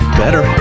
better